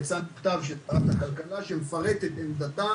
יצא מכתב של שרת הכלכלה שמפרט את עמדתה